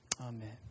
Amen